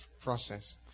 process